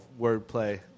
wordplay